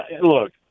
look